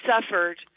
suffered